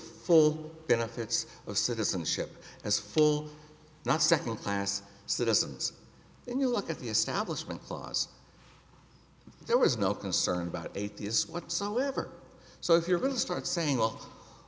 full benefits of citizenship as full not second class citizens if you look at the establishment clause there was no concern about atheists whatsoever so if you're going to start saying well